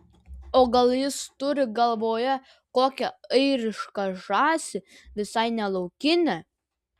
o gal jis turi galvoje kokią airišką žąsį visai ne laukinę